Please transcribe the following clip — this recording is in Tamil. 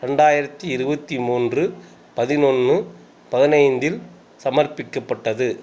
இரண்டாயிரத்தி இருபத்தி மூன்று பதினொன்று பதினைந்தில் சமர்ப்பிக்கப்பட்டது